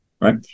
right